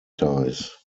ties